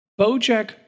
Bojack